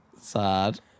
Sad